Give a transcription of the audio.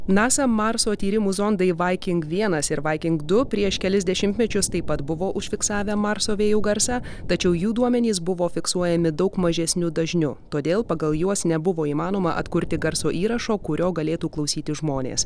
nasa marso tyrimų zondai vaiking vienas ir vaiking du prieš kelis dešimtmečius taip pat buvo užfiksavę marso vėjų garsą tačiau jų duomenys buvo fiksuojami daug mažesniu dažniu todėl pagal juos nebuvo įmanoma atkurti garso įrašo kurio galėtų klausyti žmonės